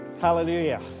Hallelujah